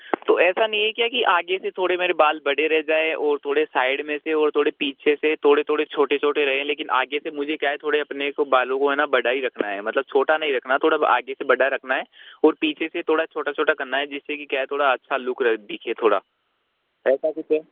तो ऐसा नहीं है क्या कि आगे से थोड़े मेरे बाल बड़े रह जाए और थोड़े साइड में से और थोड़े पीछे से थोड़े थोड़े छोटे छोटे रहे लेकिन आगे से मुझे क्या है अपने को बालों को हैं ना बड़ा ही रखना है मतलब छोटा नहीं रखना थोड़ा आगे से बढ़ा रखना हैं और पीछे से थोड़ा छोटा छोटा करना हैं जिससे क्या है कि थोड़ा अच्छा लुक दिखे थोड़ा ऐसा कुछ है